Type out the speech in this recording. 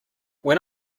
when